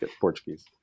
Portuguese